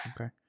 Okay